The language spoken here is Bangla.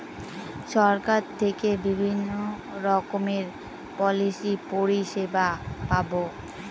সরকার থেকে বিভিন্ন রকমের পলিসি পরিষেবা পাবো